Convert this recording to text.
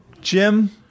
Jim